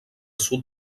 sud